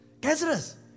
Cancerous